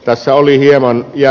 tässä oli hieman ja